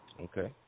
Okay